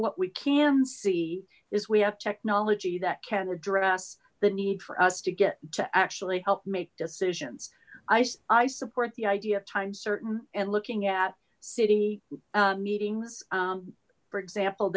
what we can see is we have technology that can address the need for us to get to actually help make decisions i support the idea of time certain and looking at city meetings for example